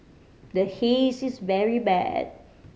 the Haze is very bad